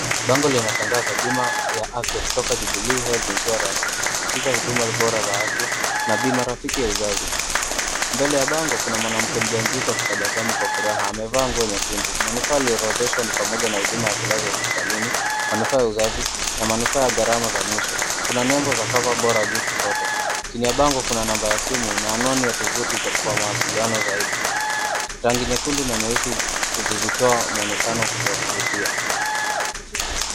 Bango linatangaza bima ya afya kutoka Jubilee Health Insurance, ikisisitiza huduma bora za afya na bima rafiki ya uzazi. Mbele ya bango, kuna mwanamke mjamzito akitabasamu kwa furaha, amevaa nguo nyekundu, manufaa yaliyoorodheshwa ni pamoja na huduma ya kulazwa hospitalini, manufaa ya uzazi na manufaa ya gharama za mwisho. Kuna nembo za Coverbora ,juu kushoto. Chini ya bango kuna namba ya simu na anwani ya tovuti za kwa mawasiliano zaidi. Rangi nyekundu na nyeusi ikitoa mwonekano wa kuvutia.